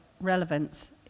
relevance